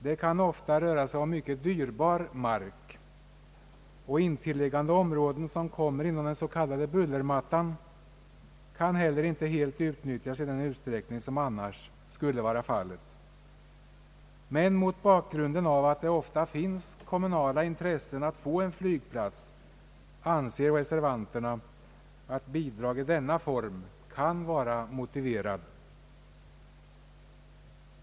Det kan ofta röra sig om mycket dyrbar mark, och intilliggande områden som är belägna inom den s.k. bullermattan kan inte utnyttjas i den utsträckning som annars skulle vara fallet. Mot bakgrunden av att det ofta finns kommunala intressen att få en flygplats anser emellertid reservanterna att ett bidrag i denna form kan vara motiverat.